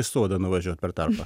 į sodą nuvažiuot per tarpą